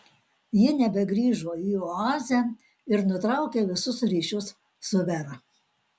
ji nebegrįžo į oazę ir nutraukė visus ryšius su vera